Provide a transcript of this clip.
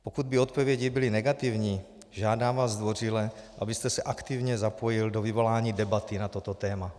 Pokud by odpovědi byly negativní, žádám vás zdvořile, abyste se aktivně zapojil do vyvolání debaty na toto téma.